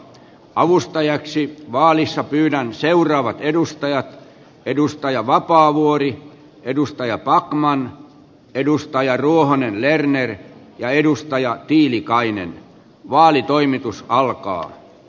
avustajiksi vaalissa pyydän seuraavat edustajat edustaja vapaavuori edustaja pa maan edustaja ruohonen lerner pääedustaja tiilikainen vaalitoimitus alkaa